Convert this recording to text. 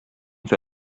fer